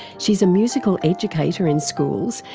she's a musical educator in schools,